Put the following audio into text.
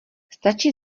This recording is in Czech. stačí